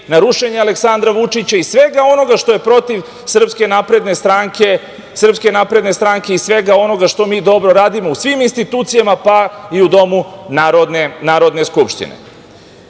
na rušenje Aleksandra Vučića i svega onoga što je protiv SNS i svega onoga što mi dobro radimo u svim institucijama, pa i u domu Narodne skupštine. Znate,